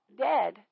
dead